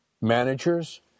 Managers